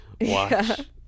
watch